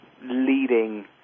leading